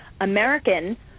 American